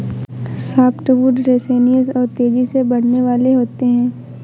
softwood resinous और तेजी से बढ़ने वाले होते हैं